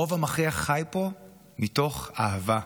הרוב המכריע חי פה מתוך אהבה,